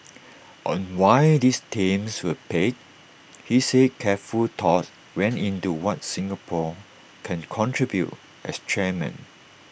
on why these themes were picked he said careful thought went into what Singapore can contribute as chairman